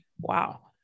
Wow